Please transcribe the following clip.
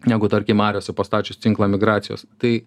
negu tarkim mariose pastačius tinklą migracijos tai